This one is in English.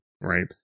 Right